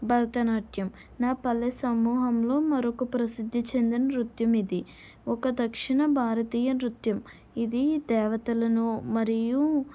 భరతనాట్యం నా పల్లె సమూహంలో మరొక ప్రసిద్ధి చెందిన నృత్యం ఇది ఒక దక్షిణ భారతీయ నృత్యం ఇది దేవతలను మరియు